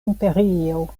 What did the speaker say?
imperio